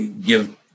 give